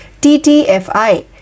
TTFI